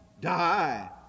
die